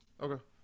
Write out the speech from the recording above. Okay